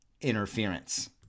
Interference